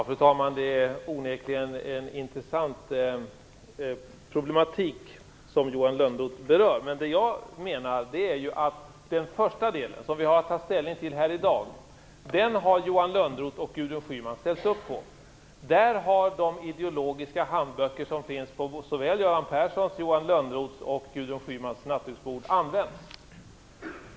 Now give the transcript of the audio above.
Fru talman! Det är onekligen en intressant problematik som Johan Lönnroth berör. Vad jag menar är att den första delen, den del vi har att ta ställning till här i dag, den har Johan Lönnroth och Gudrun Schyman ställt upp på. Där har de ideologiska handböcker som finns på såväl Göran Perssons som Johan Lönnroths och Gudrun Schymans nattduksbord använts.